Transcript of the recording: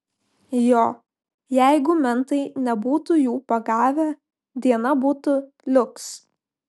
jo jeigu mentai nebūtų jų pagavę diena būtų liuks